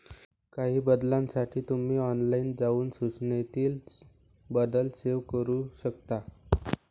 काही बदलांसाठी तुम्ही ऑनलाइन जाऊन सूचनेतील बदल सेव्ह करू शकता